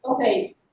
Okay